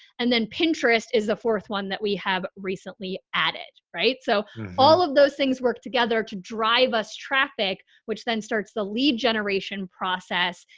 and then pinterest is the fourth one that we have recently added, right? so all of those things work together to drive us traffic, which then starts the lead generation process.